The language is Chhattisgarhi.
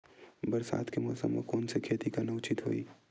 बरसात के मौसम म कोन से खेती करना उचित होही?